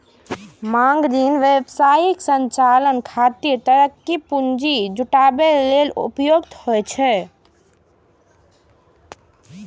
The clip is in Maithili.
मांग ऋण व्यवसाय संचालन खातिर त्वरित पूंजी जुटाबै लेल उपयुक्त होइ छै